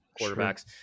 quarterbacks